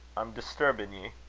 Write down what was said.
i'm disturbin' ye.